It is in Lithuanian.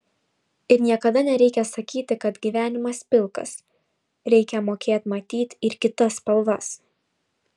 ir niekada nereikia sakyti kad gyvenimas pilkas reikia mokėt matyt ir kitas spalvas